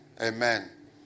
amen